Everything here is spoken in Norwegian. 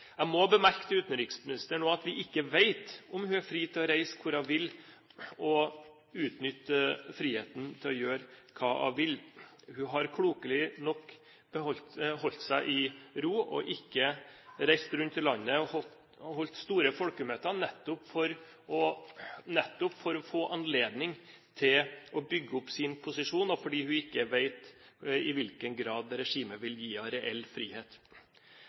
Jeg må bemerke til utenriksministeren også at vi ikke vet om hun er fri til å reise dit hun vil og utnytte friheten til å gjøre hva hun vil. Hun har klokelig nok holdt seg i ro og ikke reist rundt om i landet og holdt store folkemøter, nettopp for å få anledning til å bygge opp sin posisjon, og fordi hun ikke vet i hvilken grad regimet vil gi henne reell frihet.